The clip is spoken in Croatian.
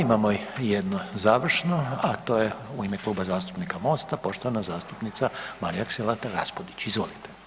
Imamo i jedno završno, a to je u ime Kluba zastupnika Mosta, poštovana zastupnica Marija Selak Raspudić, izvolite.